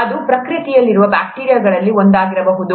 ಇದು ಪ್ರಕೃತಿಯಲ್ಲಿ ಇರುವ ಬ್ಯಾಕ್ಟೀರಿಯಾಗಳಲ್ಲಿ ಒಂದಾಗಿರಬಹುದು